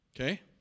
Okay